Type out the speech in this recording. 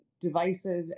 divisive